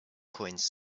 coins